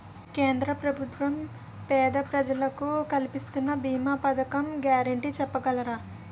కేంద్ర ప్రభుత్వం పేద ప్రజలకై కలిపిస్తున్న భీమా పథకాల గ్యారంటీ చెప్పగలరా?